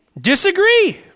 disagree